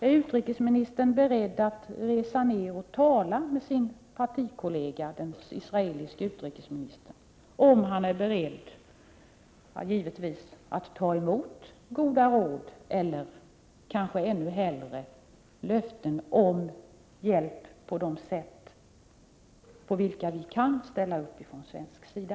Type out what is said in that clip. Är utrikesministern beredd att resa ned och tala med sin partikollega, den israeliske utrikesministern, för att höra om han är beredd att ta emot goda råd eller kanske ännu hellre löften om hjälp på ett sådant sätt som vi kan ställa upp med från svensk sida?